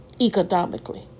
economically